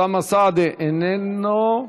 אוסאמה סעדי, איננו,